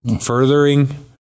furthering